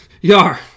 Yar